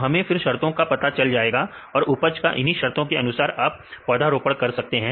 तो हमें फिर शर्तों का पता चल गया और उपज का इन्हीं शर्तों के अनुसार आप पौधारोपण कर सकते हैं